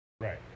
Right